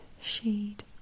shade